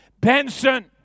Benson